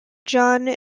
john